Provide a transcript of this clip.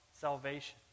salvation